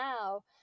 now